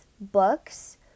books